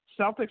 Celtics